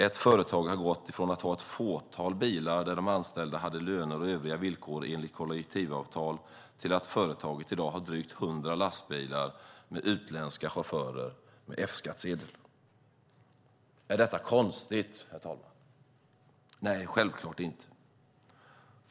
Ett företag har gått från att ha ett fåtal bilar, där de anställda hade löner och övriga villkor enligt kollektivavtal, till att i dag ha drygt 100 lastbilar med utländska chaufförer med F-skattsedel. Är detta konstigt, herr talman? Nej, självklart inte.